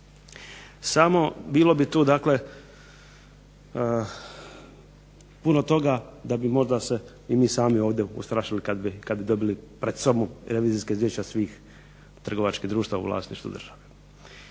Samo bilo bi tu dakle puno toga da bi možda se mi sami uplašili kada bi dobili pred sobom revizorska izvješća svih trgovačkih društava u vlasništvu države.